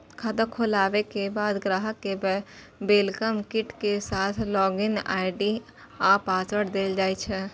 खाता खोलाबे के बाद ग्राहक कें वेलकम किट के साथ लॉग इन आई.डी आ पासवर्ड देल जाइ छै